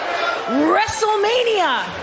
wrestlemania